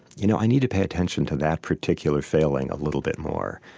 you know, i need to pay attention to that particular failing a little bit more,